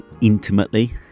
Intimately